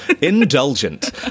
indulgent